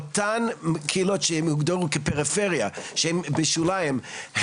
אותן קהילות שהוגדרו כפריפריה שהם בשוליים,